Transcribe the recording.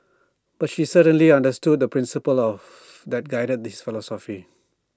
but she certainly understood the principle of that guided his philosophy